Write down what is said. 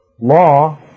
law